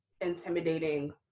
intimidating